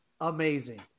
amazing